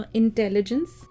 intelligence